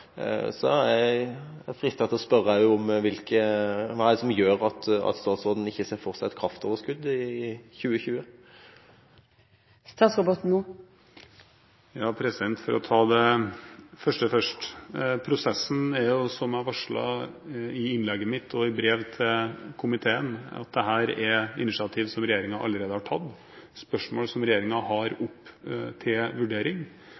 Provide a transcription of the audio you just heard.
er fristet til å spørre: Hva er det som gjør at statsråden ikke ser for seg et kraftoverskudd i 2020? For å ta det første først: Prosessen er, som jeg varslet i innlegget mitt og i brev til komiteen, at dette er initiativ som regjeringen allerede har tatt, spørsmål som regjeringen har oppe til vurdering,